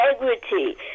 Integrity